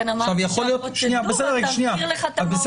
לכן אמרתי שהפרוצדורה תבהיר לך את המהות.